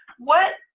what,